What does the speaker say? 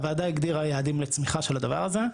הוועדה הגדירה יעדים לצמיחה של הדבר הזה,